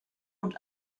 und